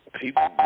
people